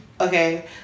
okay